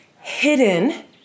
hidden